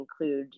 include